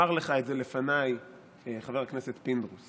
יכול להיות שדווקא כן.